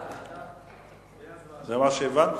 זה מה שהבנתי.